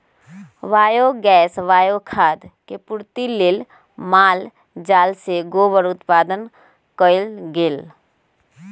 biogas, bio खाद के पूर्ति लेल माल जाल से गोबर उत्पादन कएल गेल